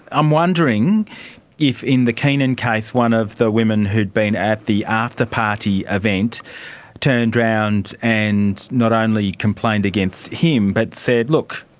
i'm wondering if in the keenan case one of the women who had been at the after-party event turned around and not only complained against him but said, look,